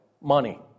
Money